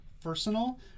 Personal